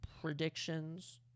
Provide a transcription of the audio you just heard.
predictions